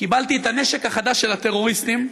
קיבלתי את הנשק החדש של הטרוריסטים.